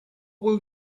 will